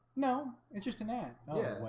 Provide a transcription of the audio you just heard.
no. it's just a man. yeah.